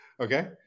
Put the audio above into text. Okay